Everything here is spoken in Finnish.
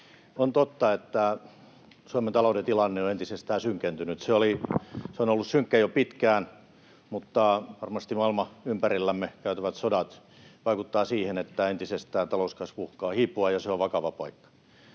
On totta, että Suomen talouden tilanne on entisestään synkentynyt. Se on ollut synkkä jo pitkään, mutta varmasti maailma ja ympärillämme käytävät sodat vaikuttavat siihen, että entisestään talouskasvu uhkaa hiipua, ja se on vakava paikka.